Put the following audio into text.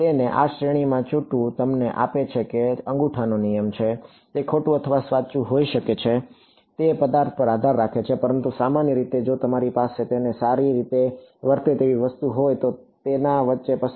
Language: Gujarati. તેને આ શ્રેણીમાં ચૂંટવું તમને આપે છે કે તે અંગૂઠાનો નિયમ છે તે ખોટું અથવા સાચું હોઈ શકે છે તે પદાર્થ પર આધાર રાખે છે પરંતુ સામાન્ય રીતે જો તમારી પાસે તેને સારી રીતે વર્તે તેવી વસ્તુ હોય તો તેને વચ્ચે પસંદ કરો